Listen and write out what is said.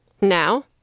Now